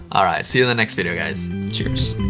alright, see you the next video, guys. cheers.